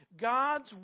God's